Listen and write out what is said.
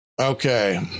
okay